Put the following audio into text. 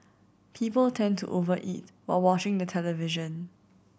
people tend to over eat while watching the television